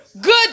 Good